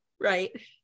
Right